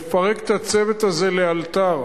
לפרק את הצוות הזה לאלתר.